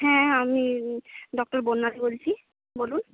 হ্যাঁ আমি ডক্টর বর্ণালী বলছি বলুন